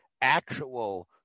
actual